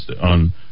on